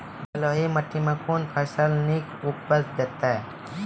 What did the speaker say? बलूआही माटि मे कून फसल नीक उपज देतै?